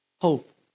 Hope